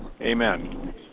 Amen